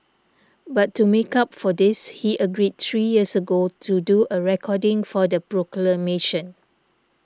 but to make up for this he agreed three years ago to do a recording for the proclamation